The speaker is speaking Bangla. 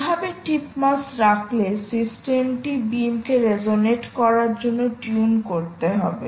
কিভাবে টিপ মাস রাখলে সিস্টেম টি বিমকে রেজনেট করার জন্য টিউন করতে হবে